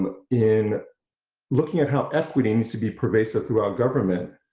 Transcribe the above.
in looking at how equity needs to be pervasive throughout government